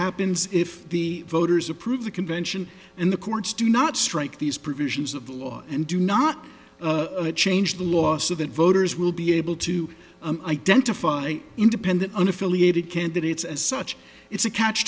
happens if the voters approve the convention in the courts do not strike these provisions of the law and do not change the law so that voters will be able to identify independent on affiliated candidates as such it's a catch